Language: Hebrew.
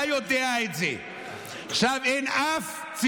כשנוח לפקידים.